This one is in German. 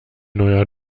neuer